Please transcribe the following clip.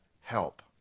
help